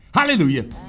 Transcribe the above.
Hallelujah